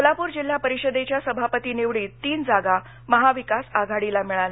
सोलापूर जिल्हा परिषदेच्या सभापती निवडीत उजागा महाविकास आघाडीला मिळाल्या